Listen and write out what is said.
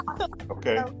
Okay